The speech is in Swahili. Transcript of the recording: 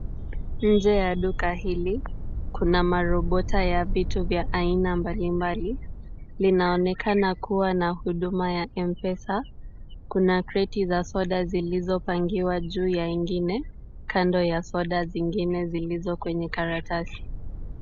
Nje ya duka hili, kuna marobota ya vitu vya aina mbalimbali. Linaonekana kuwa na huduma ya mpesa. Kuna kreti za soda zilizopangiwa juu ya ingine, kando ya soda zingine zilizo kwenye karatasi.